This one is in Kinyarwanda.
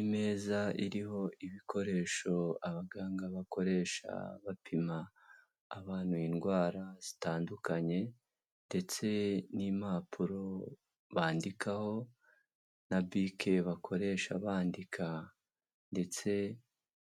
Imeza iriho ibikoresho abaganga bakoresha bapima abantu indwara zitandukanye ndetse n'impapuro bandikaho na bike bakoresha bandika ndetse